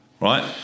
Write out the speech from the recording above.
Right